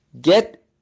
Get